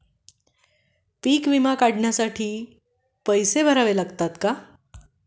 पीक विमा काढण्यासाठी पैसे भरावे लागतात का?